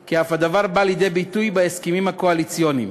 לכך שהדבר אף בא לידי ביטוי בהסכמים הקואליציוניים.